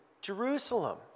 Jerusalem